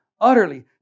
utterly